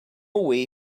way